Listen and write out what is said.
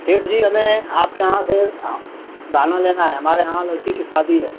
सेठ जी हमें आपके यहाँ से गहना लेना है हमारे यहाँ लड़की की शादी है